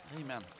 Amen